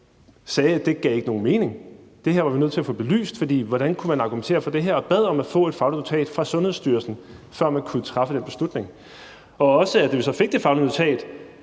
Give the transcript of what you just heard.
sagde, at det ikke gav nogen mening – det her var vi nødt til at få belyst, for hvordan kunne man argumentere for det her? – og bad om at få et fagligt notat fra Sundhedsstyrelsen, før man kunne træffe en beslutning; og også at da vi fik så det faglige notat,